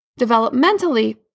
Developmentally